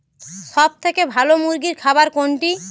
সবথেকে ভালো মুরগির খাবার কোনটি?